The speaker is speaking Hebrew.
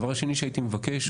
דבר שני שהייתי מבקש,